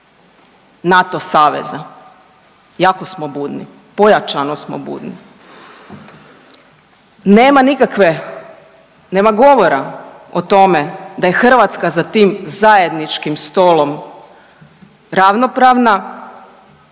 NATO saveza. Jako smo budni, pojačano smo budni. Nema nikakve, nema govora o tome da je Hrvatska za tim zajedničkim stolom ravnopravna